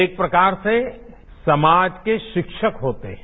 एक प्रकार से समाज के शिक्षक होते हैं